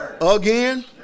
again